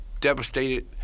devastated